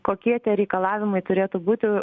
kokie tie reikalavimai turėtų būti